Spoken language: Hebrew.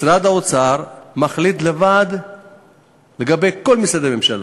משרד האוצר מחליט לבד לגבי כל משרדי הממשלה.